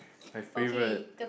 my favourite